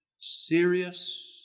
Serious